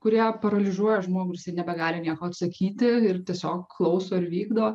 kurie paralyžiuoja žmogų ir jisai nebegali nieko atsakyti ir tiesiog klauso ir vykdo